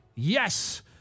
Yes